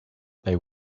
they